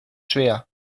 schwer